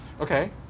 okay